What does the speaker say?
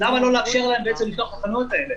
למה לא לאפשר להם לפתוח את החנויות האלה?